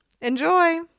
Enjoy